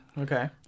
Okay